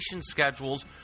schedules